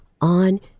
on